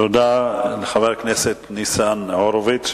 תודה לחבר הכנסת ניצן הורוביץ.